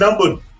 number